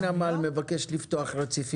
מיכאלי: זה מכתב שממוען לשרה מירי רגב,